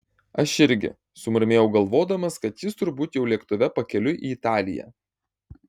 aš irgi sumurmėjau galvodamas kad jis turbūt jau lėktuve pakeliui į italiją